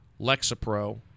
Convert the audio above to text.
Lexapro